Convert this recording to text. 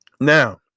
Now